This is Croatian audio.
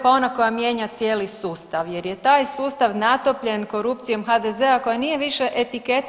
Pa ona koja mijenja cijeli sustav, jer je taj sustav natopljen korupcijom HDZ-a koja nije više etiketa.